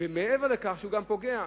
ומעבר לכך שזה גם פוגע.